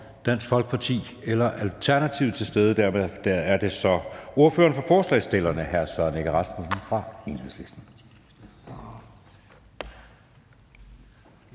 Dansk Folkeparti eller Alternativet til stede. Dermed er det så ordføreren for forslagsstillerne, hr. Søren Egge Rasmussen fra Enhedslisten.